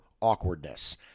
awkwardness